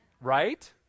right